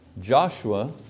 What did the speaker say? Joshua